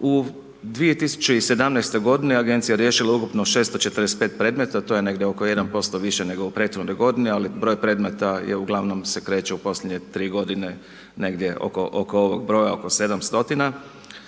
U 2017. agencija je riješila ukupno 645 predmeta, to je negdje oko 1% više nego u prethodnoj godini ali broj predmeta uglavnom se kreće u posljednje 3 godine negdje oko ovog broja oko 7 stotina.